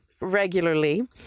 regularly